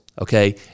Okay